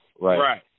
right